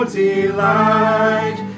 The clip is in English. delight